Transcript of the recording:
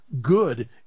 good